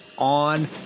on